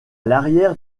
l’arrière